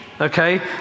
okay